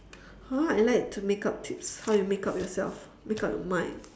!huh! I like to makeup tips how you makeup yourself make up your mind